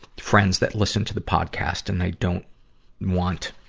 friends that listen to the podcast and they don't want,